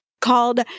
called